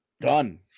done